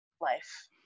life